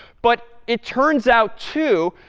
but it turns out, too,